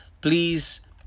please